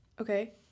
okay